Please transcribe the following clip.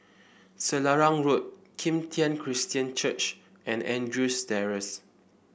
Selarang Road Kim Tian Christian Church and Andrews Terrace